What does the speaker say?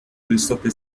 flüsterte